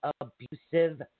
abusive